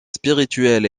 spirituel